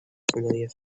familiar